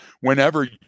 whenever